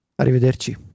Arrivederci